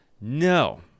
No